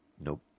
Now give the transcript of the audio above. Nope